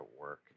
work